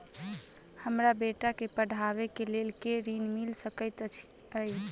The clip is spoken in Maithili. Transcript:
हमरा बेटा केँ पढ़ाबै केँ लेल केँ ऋण मिल सकैत अई?